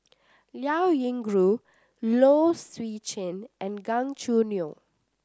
Liao Yingru Low Swee Chen and Gan Choo Neo